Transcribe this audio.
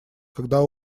когда